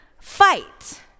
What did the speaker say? fight